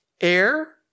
air